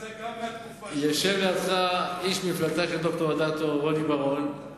יושב לידך איש מפלגתה של ד"ר אדטו, רוני בר-און.